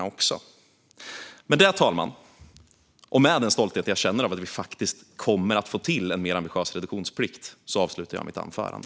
Med detta, herr ålderspresident, och med den stolthet jag känner över att vi kommer att få till en mer ambitiös reduktionsplikt avslutar jag mitt anförande.